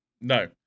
No